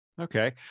Okay